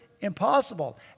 impossible